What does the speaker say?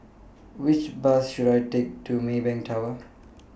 Which Bus should I Take to Maybank Tower